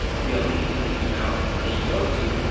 they'll be a link in the email that you go to.